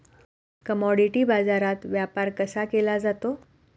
Commodity बाजारात व्यापार कसा केला जातो?